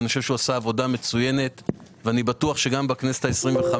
אני חושב שהוא עשה עבודה מצוינת ואני בטוח שגם בכנסת ה-25